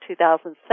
2007